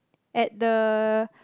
at the